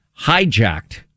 hijacked